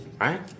Right